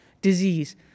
disease